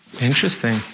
Interesting